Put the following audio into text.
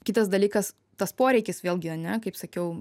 kitas dalykas tas poreikis vėlgi ane kaip sakiau